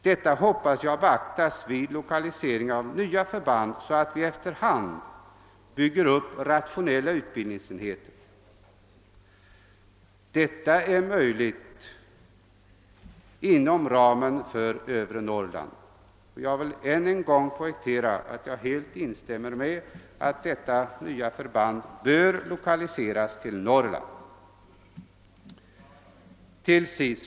Detta hoppas jag i fortsättningen kommer att beaktas vid lokaliseringen av nya förband, så att vi efter hand bygger upp rationella utbildningsenheter. Detta är möjligt att åstadkomma inom övre Norrland, och jag vill än en gång poängtera att jag instämmer i uppfattningen att detta nya förband bör lokaliseras till Norrland.